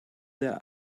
their